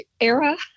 era